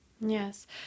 Yes